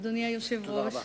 אדוני היושב-ראש.